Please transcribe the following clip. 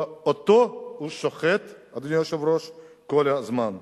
ואותו הוא שוחט, אדוני היושב-ראש, כל הזמן.